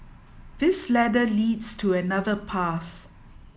this ladder leads to another path